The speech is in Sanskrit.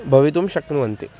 भवितुं शक्नुवन्ति